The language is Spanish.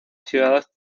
ciudad